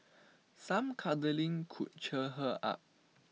some cuddling could cheer her up